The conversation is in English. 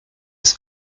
his